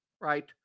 right